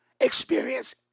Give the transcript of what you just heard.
experience